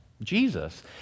Jesus